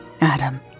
Adam